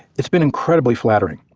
it's been incredibly flattering,